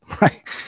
Right